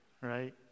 right